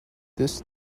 this